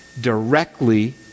directly